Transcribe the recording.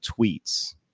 tweets